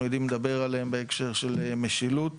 יודעים לדבר עליהן בהקשר של משילות.